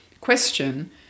question